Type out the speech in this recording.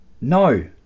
no